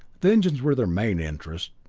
the engines were their main interest,